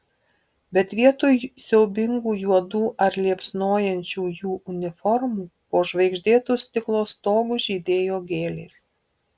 bet vietoj siaubingų juodų ar liepsnojančių jų uniformų po žvaigždėtu stiklo stogu žydėjo gėlės